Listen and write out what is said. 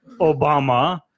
Obama